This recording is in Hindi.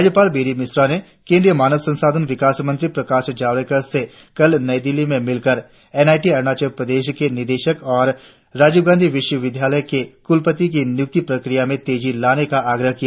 राज्यपाल बी डी मिश्रा ने केंद्रीय मानव संसाधन विकास मंत्री प्रकाश जावड़ेकर से कल नई दिल्ली में मिलकर N I T Arunachal Pradesh के निदेशक और राजीव गांधी विश्व विद्यालय के कुलपति की नियुक्ति प्रक्रिया में तेजी लाने का आग्रह किया